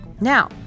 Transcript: Now